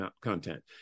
content